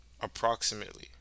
approximately